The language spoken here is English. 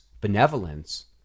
benevolence